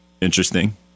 Interesting